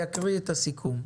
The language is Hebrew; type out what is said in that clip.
אקרא את הסיכום.